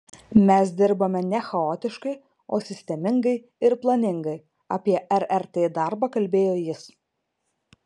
mes dirbame ne chaotiškai o sistemingai ir planingai apie rrt darbą kalbėjo jis